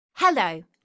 Hello